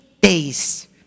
days